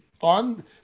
on